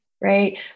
Right